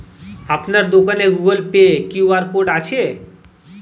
আপনার দোকানে Google Pay Q R code আছে?